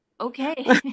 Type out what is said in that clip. okay